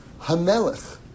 hamelech